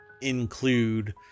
include